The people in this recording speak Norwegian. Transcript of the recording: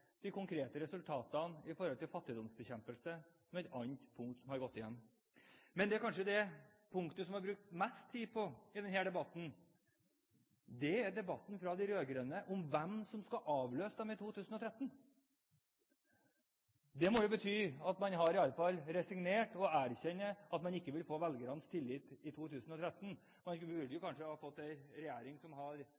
de konkrete resultatene i forhold til fattigdomsbekjempelse, som er et annet punkt som har gått igjen. Men det punktet som det kanskje er brukt mest tid på i denne debatten fra de rød-grønne, er hvem som skal avløse dem i 2013. Det må jo bety at man har resignert, og erkjenner at man ikke vil få velgernes tillit i 2013. Man burde